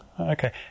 Okay